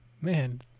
Man